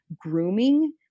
grooming